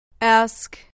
Ask